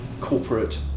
corporate